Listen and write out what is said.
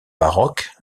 baroque